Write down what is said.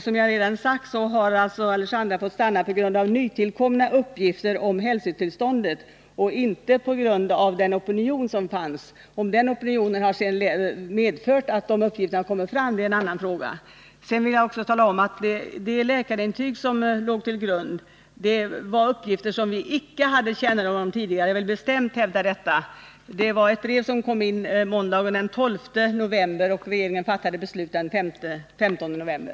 Som jag redan har sagt har Alejandra fått stanna på grund av nytillkomna uppgifter om hälsotillståndet och inte på grund av den opinion som fanns. Om den opinionen har medfört att uppgifterna kommit fram är en annan fråga. Jag vill också bestämt hävda att vi tidigare icke hade kännedom om uppgifterna i läkarintyget. Brevet ankom måndagen den 12 november och regeringen fattade beslut den 15 november.